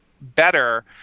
better